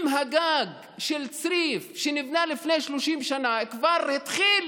אם הגג של צריף שנבנה לפני 30 שנה, כבר התחיל